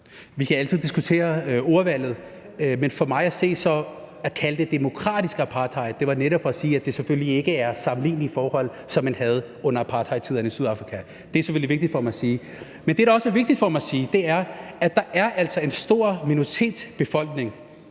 Vi kan altid diskutere ordvalget, men jeg kaldte det demokratisk apartheid for netop at sige, at det selvfølgelig ikke er sammenligneligt med de forhold, som man havde under apartheidtiden i Sydafrika. Det er selvfølgelig vigtigt for mig at sige. Men det, der også er vigtigt for mig at sige, er, at der altså er en stor minoritetsbefolkning;